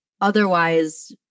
otherwise